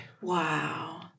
wow